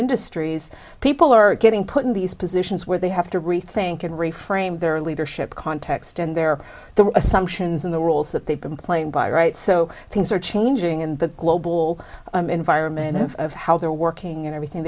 industries people are getting put in these positions where they have to rethink and re frame their leadership context and they're the assumptions in the rules that they've been playing by right so things are changing and the global environment of how they're working and everything